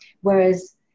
Whereas